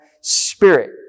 spirit